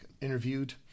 interviewed